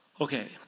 Okay